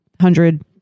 hundred